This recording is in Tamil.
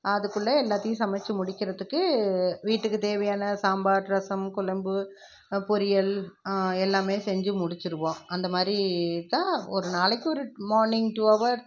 அதுக்குள்ளே எல்லாத்தையும் சமைச்சு முடிக்கிறதுக்கு வீட்டுக்கு தேவையான சாம்பார் ரசம் குழம்பு பொரியல் எல்லாமே செஞ்சு முடிச்சுருவோம் அந்த மாதிரி தான் ஒரு நாளைக்கு ஒரு மார்னிங் டூ அவர்